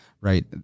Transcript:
right